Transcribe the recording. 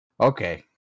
Okay